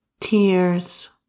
tears